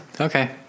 Okay